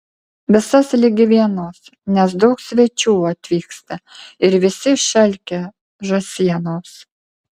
visas ligi vienos nes daug svečių atvyksta ir visi išalkę žąsienos